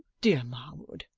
dear marwood,